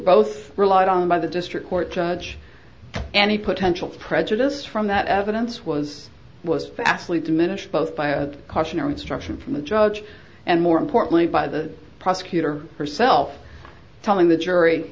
both relied on by the district court judge any potential prejudice from that evidence was was vastly diminished both by a cautionary instruction from the judge and more importantly by the prosecutor herself telling the jury